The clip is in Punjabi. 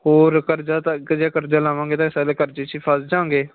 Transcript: ਹੋਰ ਕਰਜ਼ਾ ਤਾਂ ਕ ਜੇ ਕਰਜ਼ਾ ਲਾਵਾਂਗੇ ਤਾਂ ਕਰਜ਼ੇ 'ਚ ਹੀ ਫਸ ਜਾਵਾਂਗੇ